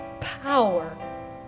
power